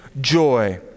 joy